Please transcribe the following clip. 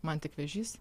man tik vėžys